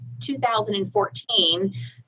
2014